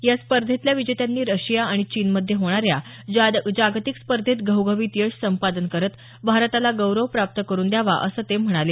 या स्पर्धेतल्या विजेत्यांनी रशिया आणि चीनमध्ये होणाऱ्या जागतिक स्पर्धेत घवघवीत यश संपादन करत भारताला गौरव प्राप्त करुन द्यावा असं ते म्हणाले